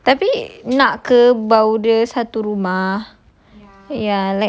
ya tapi nak ke bawah dia satu rumah